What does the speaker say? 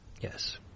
Yes